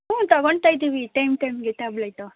ಹ್ಞೂ ತಗೊಂತ ಇದೀವಿ ಟೈಮ್ ಟೈಮ್ಗೆ ಟ್ಯಾಬ್ಲೆಟ್ಟು